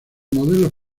modelos